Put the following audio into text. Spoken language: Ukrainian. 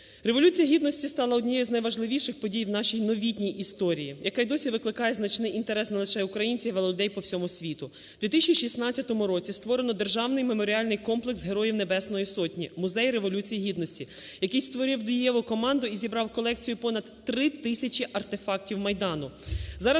Революція Гідності стала однією з найважливіших подій в нашій новітній історії, яка і досі викликає значний інтерес не лише українців, але і людей по всьому світу. У 2016 році створено Державний меморіальний комплекс Героям Небесної Сотні – Музей Революції Гідності, який створив дієву команду і зібрав колекцію понад 3 тисячі артефактів Майдану.